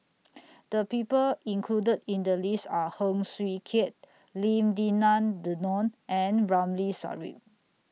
The People included in The list Are Heng Swee Keat Lim Denan Denon and Ramli Sarip